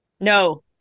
No